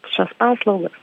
šias paslaugas